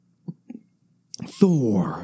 Thor